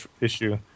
issue